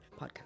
podcast